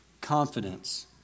confidence